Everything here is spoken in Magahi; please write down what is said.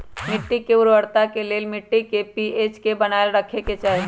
मिट्टी के उर्वरता के लेल मिट्टी के पी.एच के बनाएल रखे के चाहि